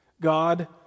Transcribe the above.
God